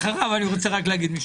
אחריו אני רוצה רק להגיד משפט.